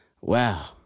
Wow